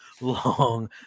long